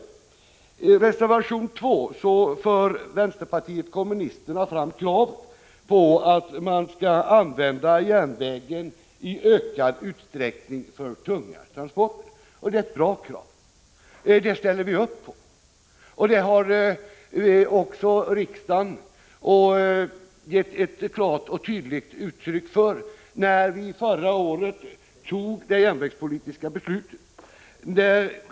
I reservation 2 för vänsterpartiet kommunisterna fram krav på att järnvägen i ökad utsträckning skall användas för tunga transporter. Det är ett bra krav, som vi i utskottet kan hålla med om. Riksdagen har också gett klart uttryck för detta, när vi förra året antog det järnvägspolitiska beslutet.